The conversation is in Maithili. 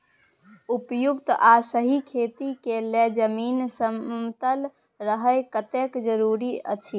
उपयुक्त आ सही खेती के लेल जमीन समतल रहब कतेक जरूरी अछि?